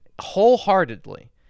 wholeheartedly